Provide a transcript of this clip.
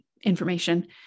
information